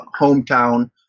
hometown